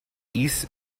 east